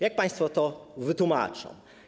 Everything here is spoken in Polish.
Jak państwo to wytłumaczą?